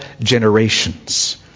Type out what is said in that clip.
generations